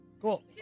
Cool